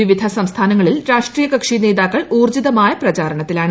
പിവിധ സംസ്ഥാനങ്ങളിൽ രാഷ്ട്രീയ കക്ഷി നേതാക്കൾ ഊർജ്ജിതമായ പ്രചാരണത്തിലാണ്